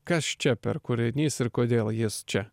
kas čia per kūrinys ir kodėl jis čia